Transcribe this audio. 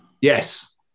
Yes